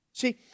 See